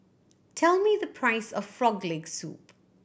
tell me the price of Frog Leg Soup